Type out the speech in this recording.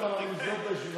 תכף אנחנו נסגור את הישיבה.